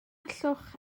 allwch